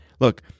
Look